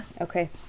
Okay